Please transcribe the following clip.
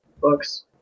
books